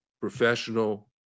professional